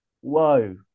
whoa